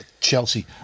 Chelsea